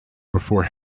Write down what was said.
before